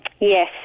Yes